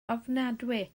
ofnadwy